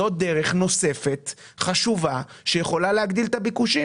זאת דרך נוספת וחשובה שיכולה להגדיל את הביקושים.